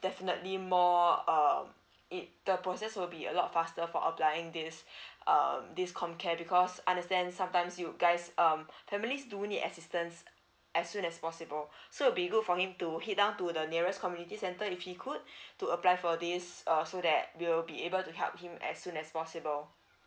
definitely more uh it the process will be a lot faster for applying this um this comcare because understand sometimes you guys um families do need assistance as soon as possible so will be good for him to head down to the nearest community centre if he could to apply for this uh so that we will be able to help him as soon as possible